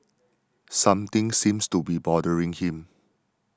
something seems to be bothering him